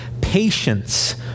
patience